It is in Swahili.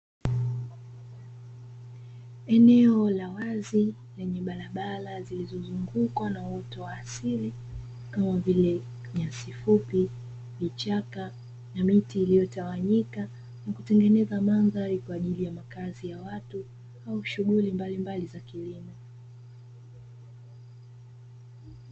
Eneo la wazi lenye barabara zilizozungukwa na uoto wa asili kama vile vichaka na miti, iliyotawanyika na kutengeneza mandhari kwa ajili ya makazi ya watu na shughuli mbalimbali za kilimo.